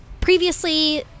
previously